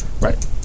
Right